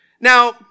Now